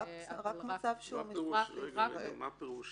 מה פירוש